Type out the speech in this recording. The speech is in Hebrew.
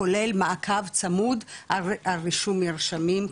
כולל מעקב צמוד על רישום מרשמים,